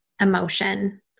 emotion